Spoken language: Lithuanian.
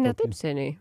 ne taip seniai